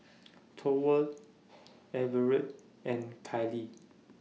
Thorwald Everett and Kylie